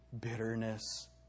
Bitterness